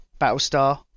Battlestar